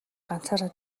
ганцаараа